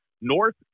North